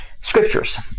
scriptures